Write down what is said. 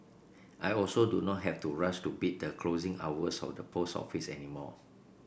I also do not have to rush to beat the closing hours of the post office any more